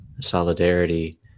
solidarity